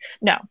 No